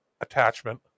attachment